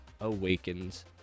Awakens